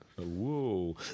Whoa